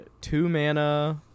two-mana